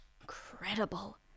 Incredible